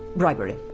bribery.